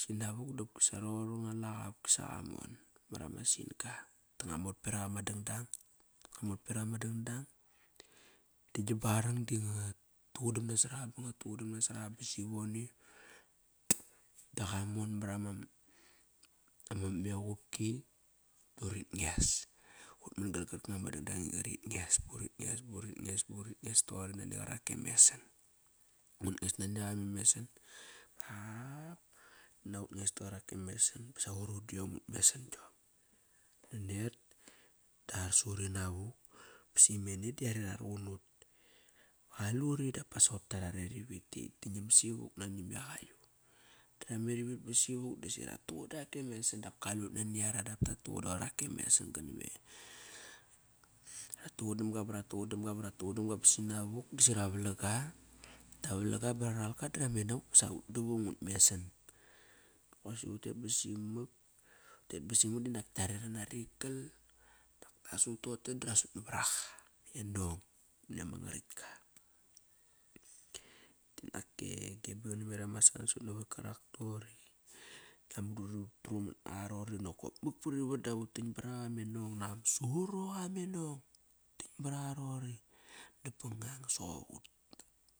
Sinavuk dopkisa qoir ngua laga. qopkisa qamon mar ama sin-ga. Da ngua mot berag ama dangdang. ngua mot berag ama dang dang dagam barang di nga tuqudam nasoraqa ba ngat tuqudam nasoraqa ba sivore da qamon mar ama, ama equpki, ba ngarit nges. Utuman gal kanga ma dang dang i ngar it nges, burit nges, burit nges burit nges toqori nani qarake mesan. Ngut nges nani aqa me mesan aaa hak ut nges taqarak e mesan. Sa uri diom ut mesan gi om. Nanet da arusut inavuk ba simene da are ra ruqun nut Vaqaluri dapa seqop ta raret ivitti. Ti nam sivuk nani me qayu. Dara meri ivit ba sivuk dosi rat tuquda ake mesan dap kalut nani ara dap tat tuquda yake mesan. Kana me, rat tuqudamaga ba ratuqudamga ba ratuqudamga ba sina vuk disi ra valang ga. Ta valang-ga ba raralka da rameri navuk. Sa ut davung ut mesan Kosi utet ba simak utet ba simak dinak kiare ranari kal. Dap ta sut toqote dara sut na var aqa, e nong mani ama nga ratka Dinak ke Gebbi qana me eremas ansut navat karak toqori. Durang buri trumat naqa roqori nokop mak par ivat dap uten baraqa me nong. Naqama suruqa me nong, uta-n baraga noqori napangang sogop ut,